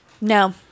No